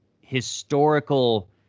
historical